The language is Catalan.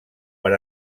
per